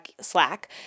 Slack